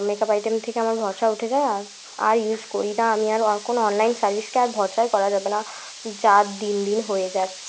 makeup item থেকে আমার ভরসা উঠে যায় আর আর ইউস করি না আমি আর আর কোনো অনলাইন সার্ভিসকে আর ভরসাই করা যাবে না যা দিন দিন হয়ে যাচ